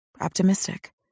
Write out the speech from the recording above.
optimistic